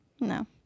No